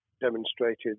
demonstrated